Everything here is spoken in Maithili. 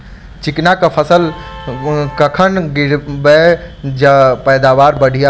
चिकना कऽ फसल कखन गिरैब जँ पैदावार बढ़िया होइत?